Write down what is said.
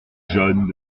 jaunes